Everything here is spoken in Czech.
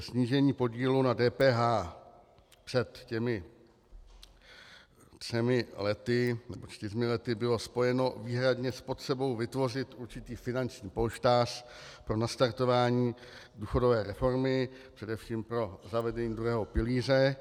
Snížení podílu na DPH před třemi lety bylo spojeno výhradně s potřebou vytvořit určitý finanční polštář pro nastartování důchodové reformy, především pro zavedení druhého pilíře.